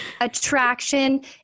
Attraction